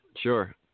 sure